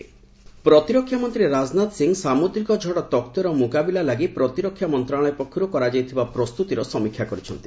Tauktae Rajnath Singh ପ୍ରତିରକ୍ଷା ମନ୍ତ୍ରୀ ରାଜନାଥ ସିଂହ ସାମୁଦ୍ରିକ ଝଡ଼ ତକ୍ତେର ମୁକାବିଲା ଲାଗି ପ୍ରତିରକ୍ଷା ମନ୍ତ୍ରଣାଳୟ ପକ୍ଷରୁ କରାଯାଇଥିବା ପ୍ରସ୍ତୁତିର ସମୀକ୍ଷା କରିଛନ୍ତି